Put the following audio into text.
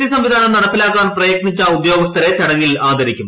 T സംവിധാനം നടപ്പാക്കാൻ പ്രയത്നിച്ച ഉദ്യോഗസ്ഥരെ ചടങ്ങിൽ ആദരിക്കും